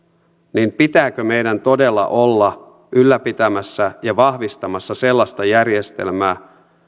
niin pitääkö meidän todella olla ylläpitämässä ja vahvistamassa sellaista järjestelmää